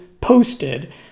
posted